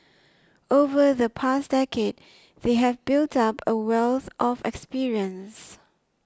over the past decade they have built up a wealth of experience